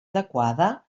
adequada